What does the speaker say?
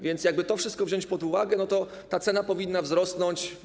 Więc jakby to wszystko wziąć pod uwagę, to ta cena powinna wzrosnąć.